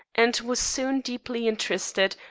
and was soon deeply interested,